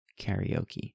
karaoke